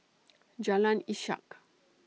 Jalan Ishak